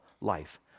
life